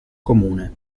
comune